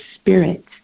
spirit